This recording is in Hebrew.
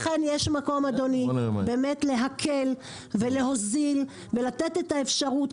יש מקום, אדוני, להקל ולהוזיל ולתת את האפשרות.